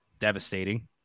devastating